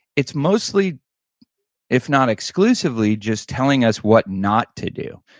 it's mostly if not exclusively, just telling us what not to do.